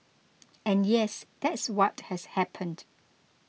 and yes that's what has happened